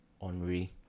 Henri